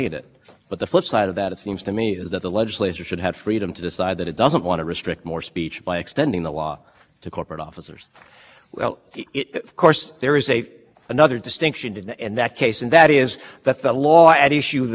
distinction and that case and that is that the law at issue there was in response to a series of scandals the legislature sat down and consciously drew careful lines precisely the kind of considered legislative judgment that we don't find here bill doesn't go to